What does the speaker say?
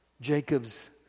Jacob's